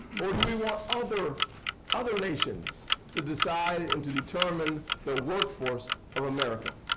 or do we want other other nations to decide and to determine the workforce of america?